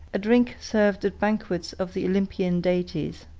a drink served at banquets of the olympian deities.